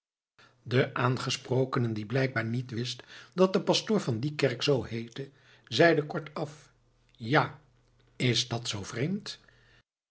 de aangesprokene die blijkbaar niet wist dat de pastoor van die kerk zoo heette zeide kortaf ja is dat zoo vreemd